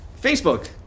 Facebook